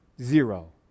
zero